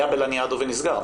היה בלניאדו והוא נסגר,